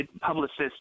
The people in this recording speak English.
publicists